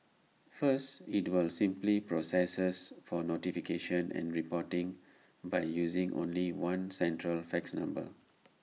first IT will simplify processes for notification and reporting by using only one central fax number